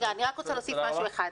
אני להוסיף רק דבר אחד,